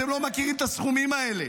אתם לא מכירים את הסכומים האלה.